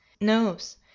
knows